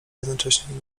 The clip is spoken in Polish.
jednocześnie